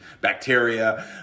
bacteria